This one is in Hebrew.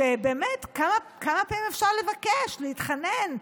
באמת, כמה פעמים אפשר לבקש, להתחנן?